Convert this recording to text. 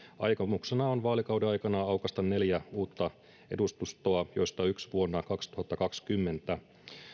aikomuksena on vaalikauden aikana aukaista neljä uutta edustustoa joista yksi vuonna kaksituhattakaksikymmentä